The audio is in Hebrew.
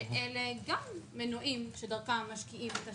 אלה גם מנועים שדרכם משקיעים בתשתיות.